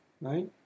right